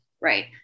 right